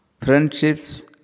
Friendships